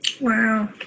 Wow